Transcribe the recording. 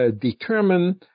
determine